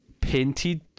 painted